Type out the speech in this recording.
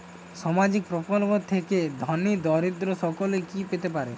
সামাজিক প্রকল্প থেকে ধনী দরিদ্র সকলে কি পেতে পারে?